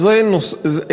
זה נושא,